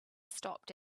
stopped